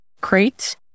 crate